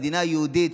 למדינה היהודית,